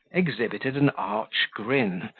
exhibited an arch grin,